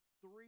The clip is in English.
three